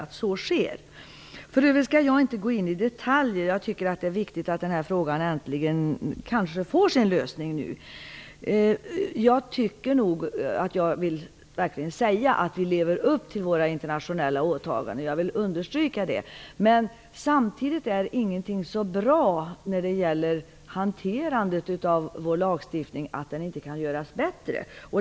Jag skall i övrigt inte gå in i detalj på denna fråga. Jag tycker att det är viktigt att den äntligen får sin lösning. Jag vill verkligen understryka att vi lever upp till våra internationella åtaganden. Samtidigt är ingenting så bra när det gäller hanterandet av vår lagstiftning att det inte kan göras bättre.